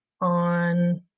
on